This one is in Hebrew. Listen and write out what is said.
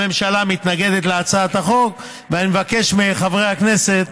הממשלה מתנגדת להצעת החוק ואני מבקש מחברי הכנסת